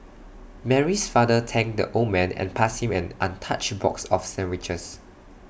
Mary's father thanked the old man and passed him and untouched box of sandwiches